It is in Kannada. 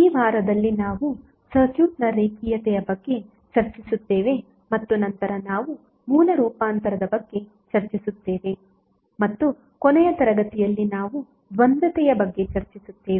ಈ ವಾರದಲ್ಲಿ ನಾವು ಸರ್ಕ್ಯೂಟ್ನ ರೇಖೀಯತೆಯ ಬಗ್ಗೆ ಚರ್ಚಿಸುತ್ತೇವೆ ಮತ್ತು ನಂತರ ನಾವು ಮೂಲ ರೂಪಾಂತರದ ಬಗ್ಗೆ ಚರ್ಚಿಸುತ್ತೇವೆ ಮತ್ತು ಕೊನೆಯ ತರಗತಿಯಲ್ಲಿ ನಾವು ದ್ವಂದ್ವತೆಯ ಬಗ್ಗೆ ಚರ್ಚಿಸುತ್ತೇವೆ